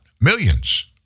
Millions